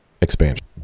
expansion